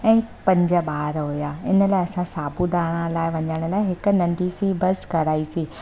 ऐं पंज ॿार हुआ इन लाइ असां सापुतारा लाइ वञण लाइ हिकु नंढी सी बस कराईसीं